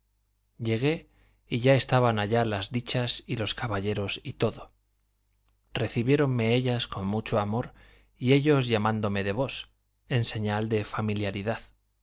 llegué y ya estaban allá las dichas y los caballeros y todo recibiéronme ellas con mucho amor y ellos llamándome de vos en señal de familiaridad